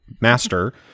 master